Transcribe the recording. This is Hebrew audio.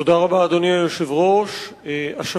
אדוני היושב-ראש, תודה רבה.